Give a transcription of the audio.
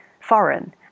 foreign